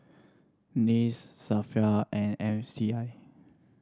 SAFRA and M C I